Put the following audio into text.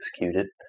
executed